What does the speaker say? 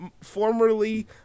formerly